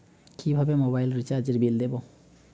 কিভাবে মোবাইল রিচার্যএর বিল দেবো?